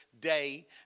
day